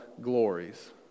glories